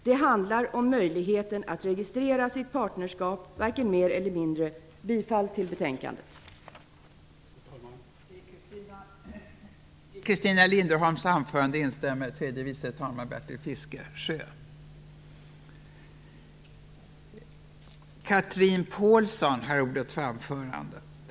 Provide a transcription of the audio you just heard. Det handlar om möjligheten att registrera sitt partnerskap, varken mer eller mindre. Jag yrkar bifall till utskottets hemställan.